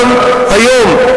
גם היום,